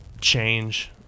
change